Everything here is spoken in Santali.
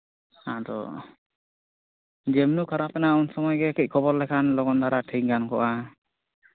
ᱟᱫᱚ ᱡᱮᱢᱱᱤ ᱠᱷᱟᱨᱟᱯ ᱮᱱᱟ ᱩᱱ ᱥᱚᱢᱚᱭ ᱜᱮ ᱠᱟᱹᱡ ᱠᱷᱚᱵᱚᱨ ᱞᱮᱠᱷᱟᱱ ᱫᱚ ᱞᱚᱜᱚᱱ ᱫᱷᱨᱟ ᱴᱷᱤᱠ ᱜᱟᱱ ᱠᱚᱜᱼᱟ